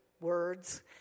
words